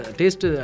taste